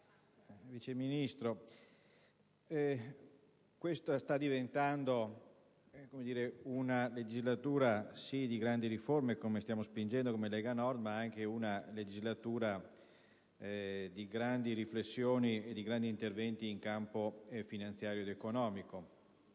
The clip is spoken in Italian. Vice Ministro, questa sta diventando una legislatura sì di grandi riforme, che noi della Lega spingiamo, ma anche una legislatura di grandi riflessioni ed interventi in campo finanziario ed economico